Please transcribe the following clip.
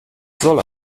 soll